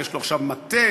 ויש לו עכשיו מטה,